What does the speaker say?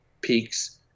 peaks